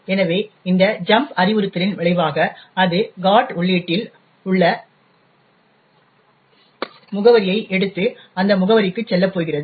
எனவே இந்த ஜம்ப் அறிவுறுத்தலின் விளைவாக அது GOT உள்ளீட்டில் உள்ள முகவரியை எடுத்து அந்த முகவரிக்கு செல்லப்போகிறது